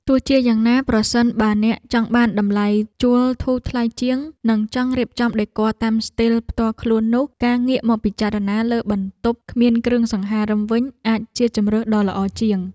ទោះជាយ៉ាងណា ប្រសិនបើអ្នកចង់បានតម្លៃជួលធូរថ្លៃជាង និងចង់រៀបចំដេគ័រតាមស្ទីលផ្ទាល់ខ្លួននោះ ការងាកមកពិចារណាលើបន្ទប់គ្មានគ្រឿងសង្ហារិមវិញ អាចជាជម្រើសដ៏ល្អជាង។